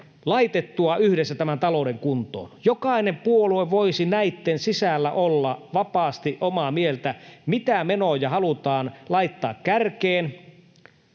laitettua yhdessä tämän talouden kuntoon. Jokainen puolue voisi näitten sisällä olla vapaasti omaa mieltä siitä, mitä menoja halutaan laittaa kärkeen